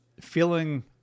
feeling